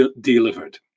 delivered